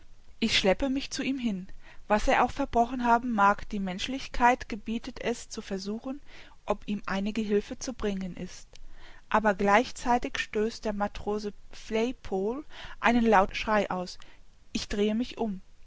ich schleppe mich zu ihm hin was er auch verbrochen haben mag die menschlichkeit gebietet es zu versuchen ob ihm einige hilfe zu bringen ist aber gleichzeitig stößt der matrose flaypol einen lauten schrei aus ich drehe mich um